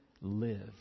live